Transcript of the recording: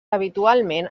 habitualment